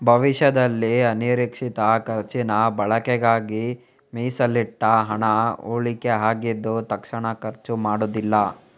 ಭವಿಷ್ಯದಲ್ಲಿ ಅನಿರೀಕ್ಷಿತ ಖರ್ಚಿನ ಬಳಕೆಗಾಗಿ ಮೀಸಲಿಟ್ಟ ಹಣ ಉಳಿಕೆ ಆಗಿದ್ದು ತಕ್ಷಣ ಖರ್ಚು ಮಾಡುದಿಲ್ಲ